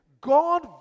God